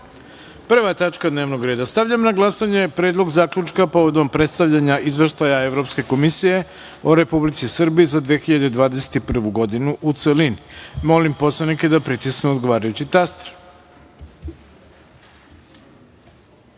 tačka dnevnog reda. Stavljam na glasanje Predlog zaključka povodom predstavljanja izveštaja evropske komisije o republici Srbiji za 2021. godinu, u celini. Molim poslanike da pritisnu odgovarajući